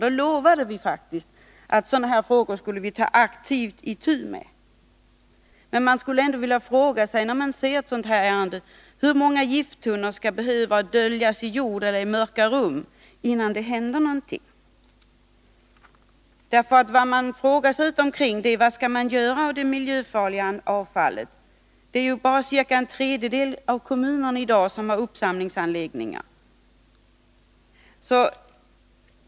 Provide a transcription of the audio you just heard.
Då lovade vi faktiskt att aktivt ta itu med sådana här frågor. Man skulle vilja fråga när man ser ett sådant här ärende: Hur många gifttunnor skall behöva döljas i jorden eller i mörka rum innan det händer någonting? Vad man frågar sig runt omkring är: Vad skall man göra med det miljöfarliga avfallet? Det är ju bara ca en tredjedel av landets kommuner som i dag har uppsamlingsanläggningar.